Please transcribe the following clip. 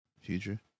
future